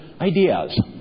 ideas